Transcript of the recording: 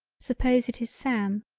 suppose it is sam.